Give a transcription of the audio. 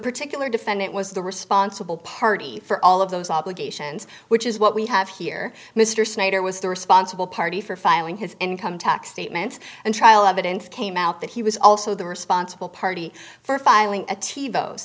particular defendant was the responsible party for all of those obligations which is what we have here mr snyder was the responsible party for filing his income tax statements and trial evidence came out that he was also the responsible party for filing a